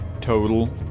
Total